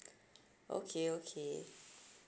okay okay